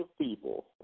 people